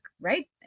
right